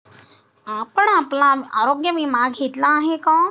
आपण आपला आरोग्य विमा घेतला आहे का?